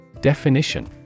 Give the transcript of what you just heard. Definition